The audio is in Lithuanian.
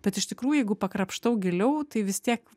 bet iš tikrųjų jeigu pakrapštau giliau tai vis tiek